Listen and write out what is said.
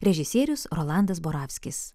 režisierius rolandas moravskis